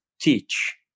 teach